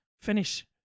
finish